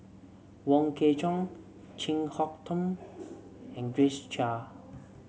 Wong Kwei Cheong Chin Harn Tong and Grace Chia